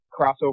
crossover